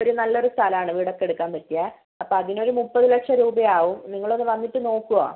ഒരു നല്ലൊരു സ്ഥലമാണ് വീടൊക്കെ എടുക്കാൻ പറ്റിയത് അപ്പോൾ അതിനൊരു മുപ്പത് ലക്ഷം രൂപയാവും നിങ്ങളത് വന്നിട്ട് നോക്കുവോ